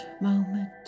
moment